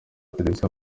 televiziyo